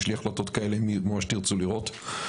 ויש לי החלטות כאלה אם ממש תרצו לראות,